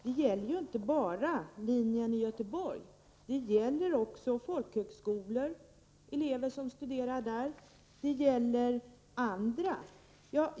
Det gäller inte bara fotografilinjen i Göteborg. Det gäller också elever som studerar på folkhögskolor och andra.